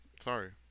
Sorry